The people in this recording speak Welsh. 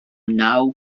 naw